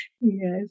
Yes